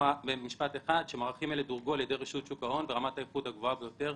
המערכים האלה דורגו על ידי רשות שוק ההון ברמת האיכות הגבוהה ביותר.